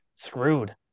Screwed